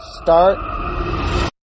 start